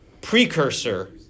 precursor